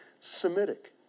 Semitic